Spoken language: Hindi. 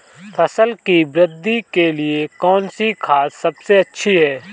फसल की वृद्धि के लिए कौनसी खाद सबसे अच्छी है?